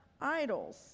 idols